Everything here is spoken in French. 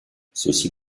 ceci